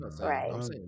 right